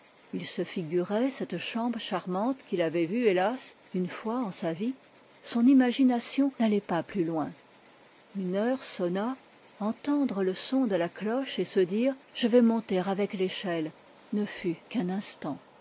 il se figurait cette chambre charmante qu'il avait vue hélas une fois en sa vie son imagination n'allait pas plus loin une heure sonna entendre le son de la cloche et se dire je vais monter avec l'échelle ne fut qu'un instant